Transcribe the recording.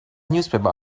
newspaper